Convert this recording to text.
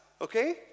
okay